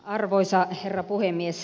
arvoisa herra puhemies